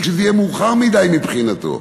כשזה יהיה מאוחר מדי מבחינתו.